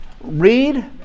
Read